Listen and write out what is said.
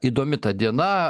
įdomi ta diena